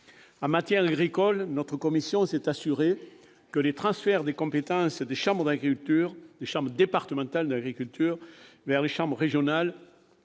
En matière agricole, la commission s'est assurée que les transferts de compétences des chambres départementales d'agriculture vers les chambres régionales